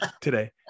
today